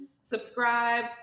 subscribe